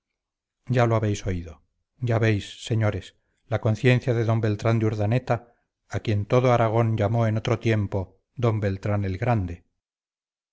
ya lo habéis oído ya veis señores la conciencia de d beltrán de urdaneta a quien todo aragón llamó en otro tiempo d beltrán el grande